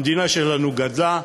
המדינה שלנו גדלה,